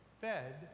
fed